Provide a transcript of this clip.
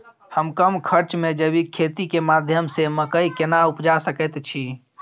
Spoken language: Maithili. हम कम खर्च में जैविक खेती के माध्यम से मकई केना उपजा सकेत छी?